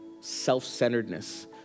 self-centeredness